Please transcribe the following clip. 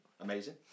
amazing